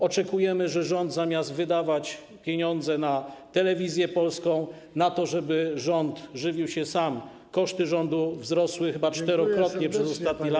Oczekujemy, że rząd, zamiast wydawać pieniądze na telewizję polską, na to, żeby samemu się wyżywić - koszty rządu wzrosły chyba czterokrotnie przez ostatnie lata.